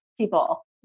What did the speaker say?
people